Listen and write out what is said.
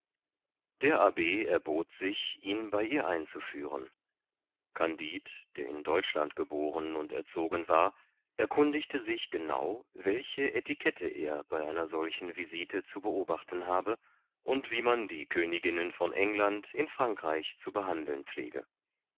der abb erbot sich ihn bei ihr einzuführen kandid der in deutschland geboren und erzogen war erkundigte sich genau welche etiquette er bei einer solchen visite zu beobachten habe und wie man die königinnen von england in frankreich zu behandeln pflege